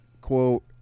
quote